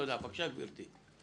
בבקשה, גברתי.